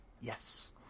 yes